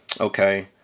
okay